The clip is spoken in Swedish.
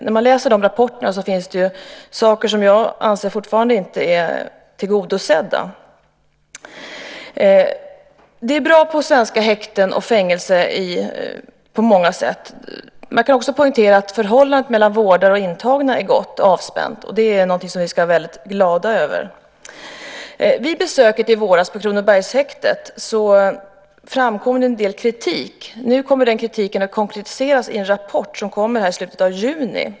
När man läser dessa rapporter finns det saker som jag fortfarande anser inte är tillgodosedda. Det är bra på många sätt i svenska häkten och fängelser. Man kan också poängtera att förhållandet mellan vårdare och intagna är gott och avspänt. Och det är någonting som vi ska vara väldigt glada över. Vid besöket i våras på Kronobergshäktet framkom det en del kritik. Nu kommer den kritiken att konkretiseras i en rapport som kommer i slutet av juni.